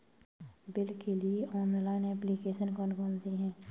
Bill के लिए online application कौन कौन सी हैं?